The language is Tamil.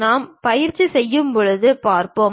நாம் பயிற்சி செய்யும்போது பார்ப்போம்